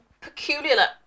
peculiar